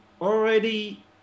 already